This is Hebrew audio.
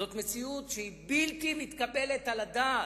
זאת מציאות שהיא בלתי מתקבלת על הדעת.